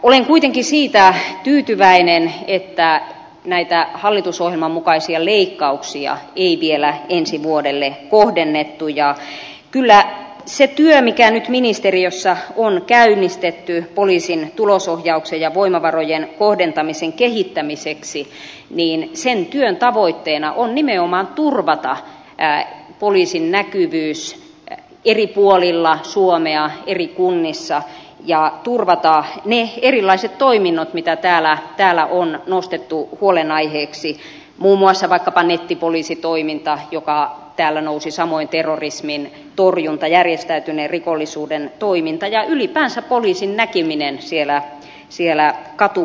olen kuitenkin siitä tyytyväinen että näitä hallitusohjelman mukaisia leikkauksia ei vielä ensi vuodelle kohdennettu ja kyllä sen työn mikä nyt ministeriössä on käynnistetty poliisin tulosohjauksen ja voimavarojen kohdentamisen kehittämiseksi tavoitteena on nimenomaan turvata poliisin näkyvyys eri puolilla suomea eri kunnissa ja turvata ne erilaiset toiminnot mitä täällä on nostettu huolenaiheiksi muun muassa vaikkapa nettipoliisitoiminta joka täällä nousi samoin terrorismin torjunta järjestäytyneen rikollisuuden toiminta ja ylipäänsä poliisin näkyminen siellä katukuvassa